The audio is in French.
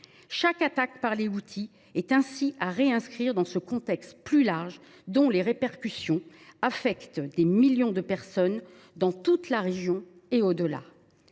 Chaque attaque houthie est ainsi à réinscrire dans un contexte plus large, dont les répercussions affectent des millions de personnes dans toute la région et au delà.